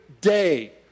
day